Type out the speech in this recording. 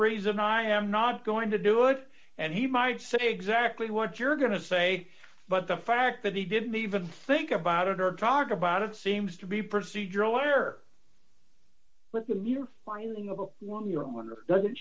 reason i am not going to do it and he might say exactly what you're going to say but the fact that he didn't even think about it or talk about it seems to be procedural error with them your finding of